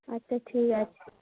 আচ্ছা ঠিক আছে